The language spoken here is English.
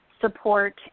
support